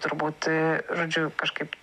turbūt a žodžiu kažkaip